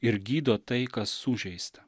ir gydo tai kas sužeista